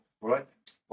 right